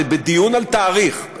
בדיון על תאריך,